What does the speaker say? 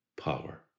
power